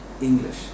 English